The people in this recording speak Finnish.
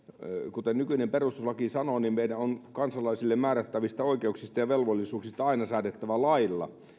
kuten nykyinen perustuslaki sanoo meidän on kansalaisille määrättävistä oikeuksista ja velvollisuuksista aina säädettävä lailla